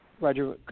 Roger